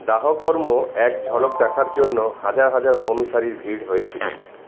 দাহকর্ম এক ঝলক দেখার জন্য হাজার হাজার ভিড় হয়েছিলো